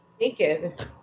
Naked